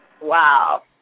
Wow